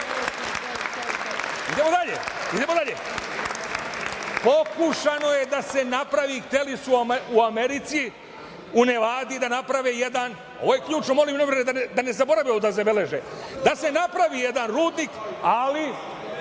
priče, bre. Idemo dalje. Pokušano je da se napravi, hteli su u Americi, u Nevadi, da naprave jedan, ovo je ključno, da ne zaborave ovo da zabeleže, da se napravi jedan rudnik, ali